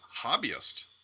hobbyist